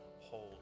hold